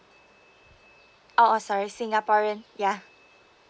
oh oh sorry singaporean yeah